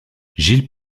gilles